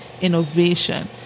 innovation